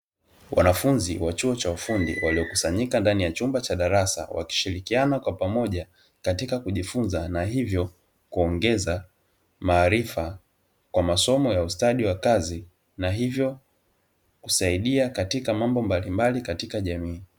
Wanafunzi wa chuo cha ufundi waliokusanyika ndani ya chumba cha darasa wakishirikiana kwa pamoja katika kujifunza na hivyo kuongeza maarifa kwa masomo ya ustadi wa kazi, na hivyo kusaidia katika mambo mbalimbali katika jamii.